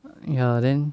ya then